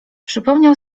przypomniał